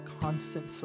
constant